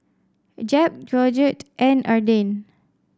Jeb Georgette and Arden